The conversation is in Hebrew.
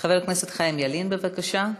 חבר הכנסת חיים ילין, בבקשה.